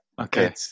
okay